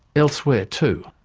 elsewhere, too.